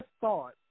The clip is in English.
thought